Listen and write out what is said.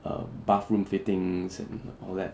um bathroom fittings and all that